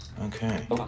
Okay